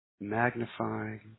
magnifying